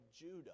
Judah